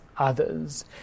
others